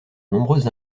nombreuses